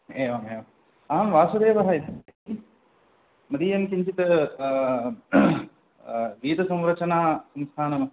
एवमेवम् अहं वासुदेवः मदीयं किञ्चित् वीदसंरचनासंस्थानमस्ति